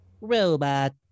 Robot